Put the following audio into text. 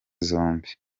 zombi